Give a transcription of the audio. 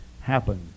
happen